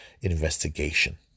investigation